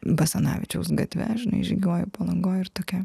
basanavičiaus gatve žinai žygiuoju palangoj ir tokia